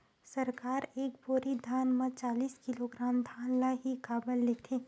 सरकार एक बोरी धान म चालीस किलोग्राम धान ल ही काबर लेथे?